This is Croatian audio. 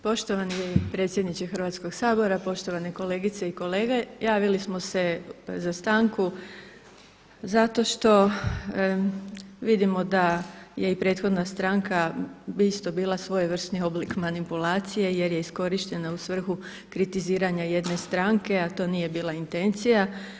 Poštovani predsjedniče Hrvatskog sabora, poštovane kolegice i kolege javili smo se za stanku zato što vidimo da je i prethodna stranka isto bila svojevrsni oblik manipulacije jer je iskorištena u svrhu kritiziranja jedne stranke a to nije bila intencija.